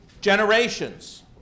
Generations